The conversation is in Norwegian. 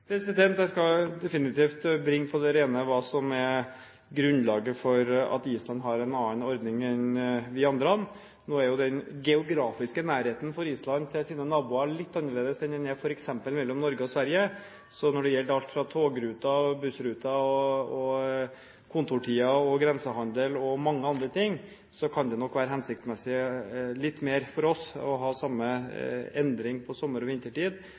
Jeg skal definitivt bringe på det rene hva som er grunnlaget for at Island har en annen ordning enn oss andre. Nå er jo den geografiske nærheten for Island til sine naboer litt annerledes enn den er f.eks. mellom Norge og Sverige. Så når det gjelder alt fra togruter, bussruter, kontortider og grensehandel og mange andre ting, kan det nok være litt mer hensiktsmessig for oss å ha samme endring på sommer- og vintertid